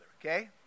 okay